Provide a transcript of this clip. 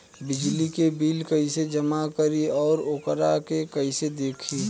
बिजली के बिल कइसे जमा करी और वोकरा के कइसे देखी?